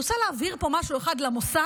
אני רוצה להבהיר פה משהו אחד למוסד,